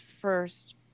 first